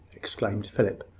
exclaimed philip.